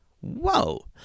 Whoa